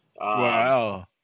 Wow